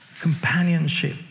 Companionship